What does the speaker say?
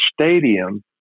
stadium